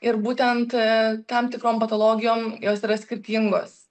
ir būtent tam tikrom patologijom jos yra skirtingos